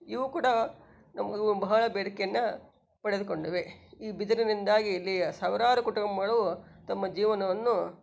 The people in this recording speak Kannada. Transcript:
ಇವೂ ಕೂಡ ನಮ್ಮದು ಬಹಳ ಬೇಡಿಕೆಯನ್ನು ಪಡೆದುಕೊಂಡಿವೆ ಈ ಬಿದರಿನಿಂದಾಗಿ ಇಲ್ಲಿ ಸಾವಿರಾರು ಕುಟುಂಬಗಳು ತಮ್ಮ ಜೀವನವನ್ನು